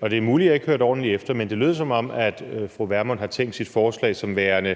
og det er muligt, at jeg ikke hørte ordentligt efter. Men det lød, som om fru Pernille Vermund har tænkt sit forslag som værende